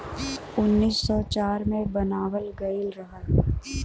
उन्नीस सौ चार मे बनावल गइल रहल